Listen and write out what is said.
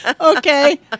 Okay